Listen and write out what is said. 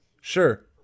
sure